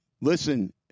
Listen